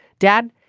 dad,